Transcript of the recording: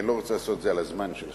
כי אני לא רוצה לעשות את זה על הזמן שלך,